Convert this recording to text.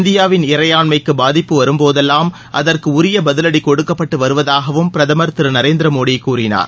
இந்தியாவின் இறையாண்மைக்கு பாதிப்பு வரும்போதெல்லாம் அகுற்கு உரிய பதிவடி கொடுக்கப்பட்டு வருவதாகவும் திரு நரேந்திர மோடி கூறினார்